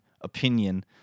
opinion